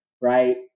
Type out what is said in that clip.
Right